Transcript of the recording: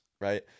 right